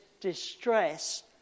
distress